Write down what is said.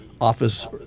office